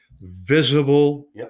visible